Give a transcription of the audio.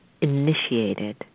initiated